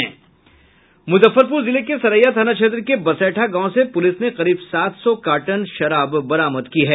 मूजफ्फरपूर जिले के सरैया थाना क्षेत्र के बसैठा गांव से पूलिस ने करीब सात सौ कार्टन शराब बरामद किया है